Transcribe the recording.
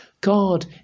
God